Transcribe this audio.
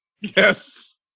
Yes